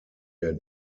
der